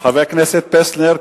חבר הכנסת פלסנר,